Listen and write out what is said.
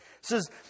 says